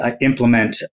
implement